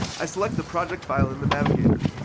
i select the project file in the navigator,